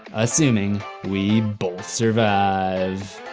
assuming, we both survive.